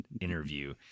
interview